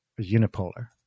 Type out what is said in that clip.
unipolar